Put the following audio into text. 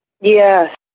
Yes